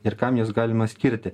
ir kam juos galima skirti